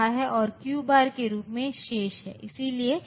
और हमें 2 अलग अलग डिस्क्रीट स्तर मिले हैं